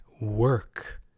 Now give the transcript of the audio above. work